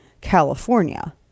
California